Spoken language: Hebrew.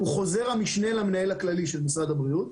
הוא חוזר המשנה למנהל הכללי של משרד הבריאות,